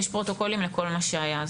יש פרוטוקולים לכל מה שהיה,